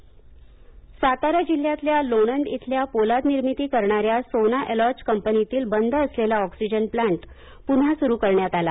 सातारा जिमाका सातारा जिल्ह्यातल्या लोणंद इथल्या पोलाद निर्मिती करणाऱ्या सोना अलॉज कंपनीतील बंद असलेला ऑक्सिजन प्लँट पुन्हा सुरु करण्यात आला